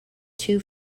two